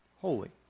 Holy